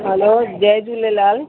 हलो जय झूलेलाल